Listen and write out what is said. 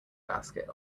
basket